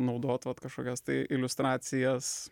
naudot vat kažkokias tai iliustracijas